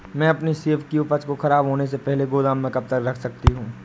मैं अपनी सेब की उपज को ख़राब होने से पहले गोदाम में कब तक रख सकती हूँ?